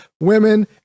women